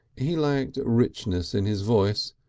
he lacked richness in his voice,